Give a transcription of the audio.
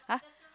!huh!